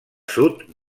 sud